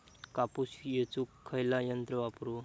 कापूस येचुक खयला यंत्र वापरू?